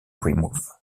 remove